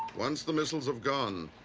once the missiles have gone,